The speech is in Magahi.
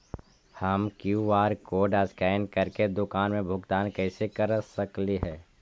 हम कियु.आर कोड स्कैन करके दुकान में भुगतान कैसे कर सकली हे?